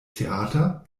theater